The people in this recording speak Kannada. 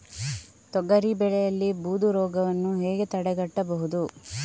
ತೊಗರಿ ಬೆಳೆಯಲ್ಲಿ ಬೂದು ರೋಗವನ್ನು ಹೇಗೆ ತಡೆಗಟ್ಟಬಹುದು?